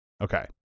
Okay